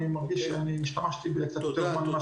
אני מרגיש שהשתמשתי בקצת יותר זמן ממה שהוקצה לי.